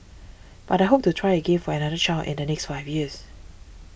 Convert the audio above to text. but I hope to try again for another child in the next five years